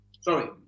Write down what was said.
sorry